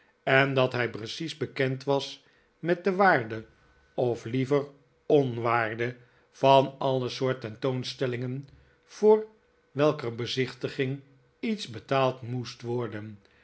en dat hij precies bekend was met de waarde of liever onwaarde van alle soorten tentoonstellingen voor welker bezichtiging iets betaald moest worden